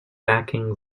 backing